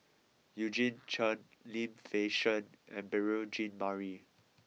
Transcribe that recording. Eugene Chen Lim Fei Shen and Beurel Jean Marie